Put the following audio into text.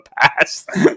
past